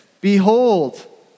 Behold